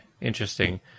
interesting